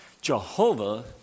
Jehovah